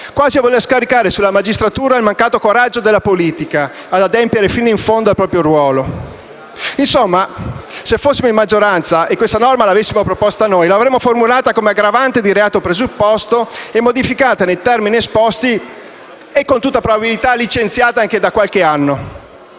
quasi a voler scaricare sulla magistratura il mancato coraggio della politica ad adempiere fino in fondo al proprio ruolo. Insomma, se fossimo maggioranza e questa norma l'avessimo proposta noi, l'avremmo formulata come aggravante di reato presupposto e modificata nei termini esposti e, con tutta probabilità, licenziata anche da qualche anno.